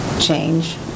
change